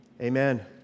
amen